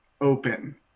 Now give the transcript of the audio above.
open